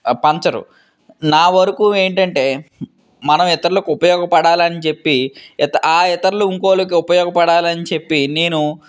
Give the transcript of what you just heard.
పంచరు నా వరకు ఏంటంటే మనము ఇతరులకు ఉపయోగపడాలని చెప్పి ఆ ఇతరులు ఇంకొకళ్ళకు ఉపయోగపడాలని చెప్పి నేను